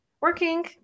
working